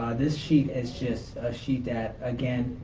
this sheet is just a sheet that, again,